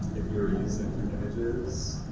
if you're using images,